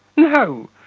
no.